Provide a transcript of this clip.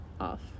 Off